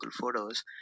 photos